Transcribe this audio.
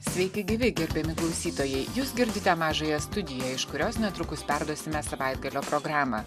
sveiki gyvi gerbiami klausytojai jūs girdite mažąją studiją iš kurios netrukus perduosime savaitgalio programą